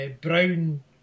Brown